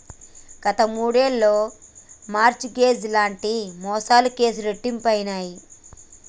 గత మూడేళ్లలో mortgage లాంటి మోసాల కేసులు రెట్టింపయినయ్